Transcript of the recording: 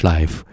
Life 》 ，